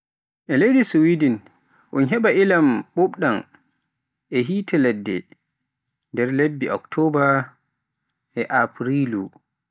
E leydi swedin un heba ilam ɓuuɓɗam e yiite ladde nder lebbi oktoba e afrilu.